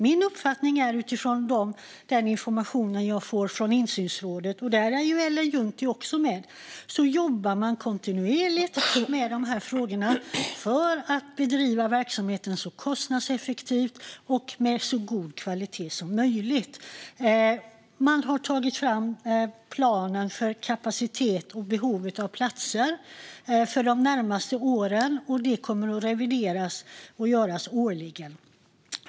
Min uppfattning, utifrån den information jag får från insynsrådet, där Ellen Juntti också är med, är att man kontinuerligt jobbar med dessa frågor för att bedriva verksamheten så kostnadseffektivt och med så god kvalitet som möjligt. Man har tagit fram planen för kapacitet och behov av platser för de närmaste åren. Den kommer att revideras årligen.